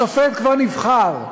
השופט כבר נבחר,